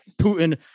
Putin